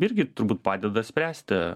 irgi turbūt padeda spręsti